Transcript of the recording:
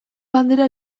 bandera